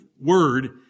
word